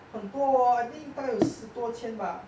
很多 orh I think 大概有十多千吧